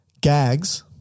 Gags